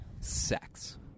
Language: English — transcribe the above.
sex